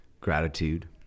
gratitude